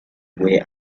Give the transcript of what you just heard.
way